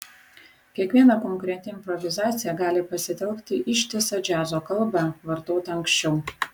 kiekviena konkreti improvizacija gali pasitelkti ištisą džiazo kalbą vartotą anksčiau